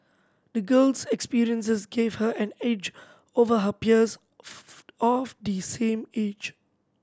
the girl's experiences gave her an edge over her peers of the same age